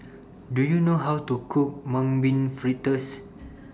Do YOU know How to Cook Mung Bean Fritters